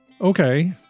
Okay